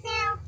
Now